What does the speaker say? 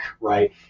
right